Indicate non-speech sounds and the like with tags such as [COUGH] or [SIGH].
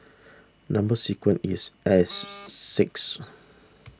Number Sequence is S [NOISE] six